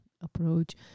approach